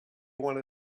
want